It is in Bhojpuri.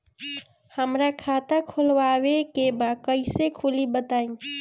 हमरा खाता खोलवावे के बा कइसे खुली बताईं?